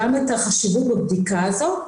גם את החשיבות בבדיקה הזו,